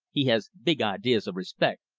he has big ideas of respect,